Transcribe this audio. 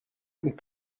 und